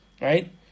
right